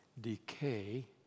decay